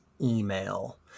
email